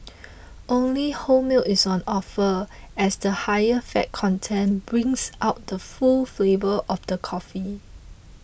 only whole milk is on offer as the higher fat content brings out the full flavour of the coffee